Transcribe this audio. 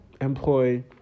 employ